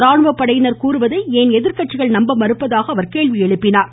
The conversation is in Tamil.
ராணுவப்படையினர் கூறுவதை ஏன் எதிர்கட்சிகள் நம்ப மறுப்பதாக அவர் குறை கூறினார்